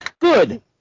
Good